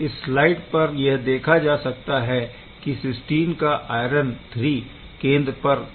इस स्लाइड पर यह देखा जा सकता है कि सिस्टीन का आयरन III केंद्र पर